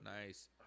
Nice